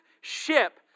ship